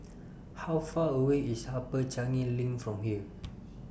How Far away IS Upper Changi LINK from here